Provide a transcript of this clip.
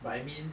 but I mean